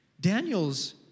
Daniel's